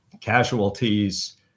casualties